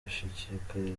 gushishikariza